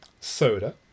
soda